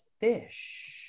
fish